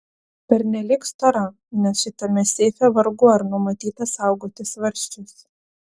pernelyg stora nes šitame seife vargu ar numatyta saugoti svarsčius